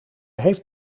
heeft